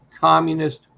communist